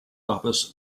office